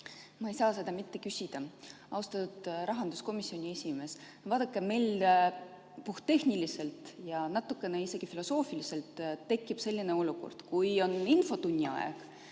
Ma ei saa seda mitte küsida. Austatud rahanduskomisjoni esimees! Vaadake, meil puhttehniliselt ja natukene isegi filosoofiliselt tekib selline olukord. Kui on infotunni aeg